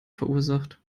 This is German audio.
verursacht